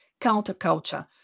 counterculture